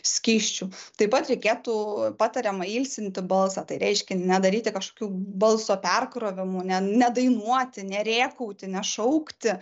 skysčių taip pat reikėtų patariama ilsinti balsą tai reiškia nedaryti kažkokių balso perkrovimų ne nedainuoti nerėkauti nešaukti